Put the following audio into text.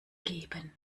geben